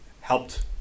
helped